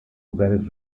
lugares